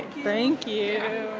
thank you